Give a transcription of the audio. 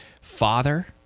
father